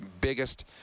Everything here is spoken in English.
biggest